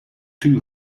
too